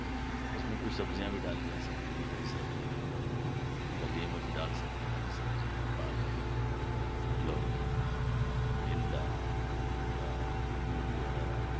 اس میں کچھ سبزیاں بھی ڈالی جا سکتیں ہیں ہری سبزیاں ڈال لیتے ہیں دلیے میں بھی ڈال سکتے ہیں ہری سبزیاں پالک لوکی ٹنڈا یا مولی وغیرہ